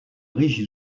riche